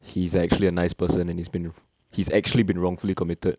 he's actually a nice person and he's been he's actually been wrongfully committed